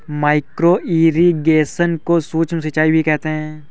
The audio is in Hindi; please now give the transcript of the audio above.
माइक्रो इरिगेशन को सूक्ष्म सिंचाई भी कहते हैं